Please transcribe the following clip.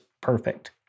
perfect